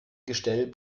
gestell